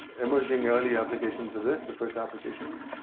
emerging early applications of this, the first applications.